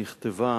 שנכתבה